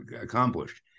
accomplished